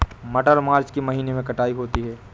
मटर मार्च के महीने कटाई होती है?